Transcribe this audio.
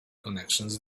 connections